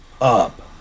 up